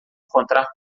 encontrar